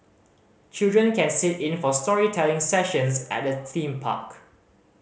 children can sit in for storytelling sessions at the theme park